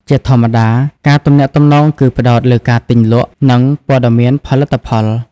ជាធម្មតា ការទំនាក់ទំនងគឺផ្តោតលើការទិញលក់ និងព័ត៌មានផលិតផល។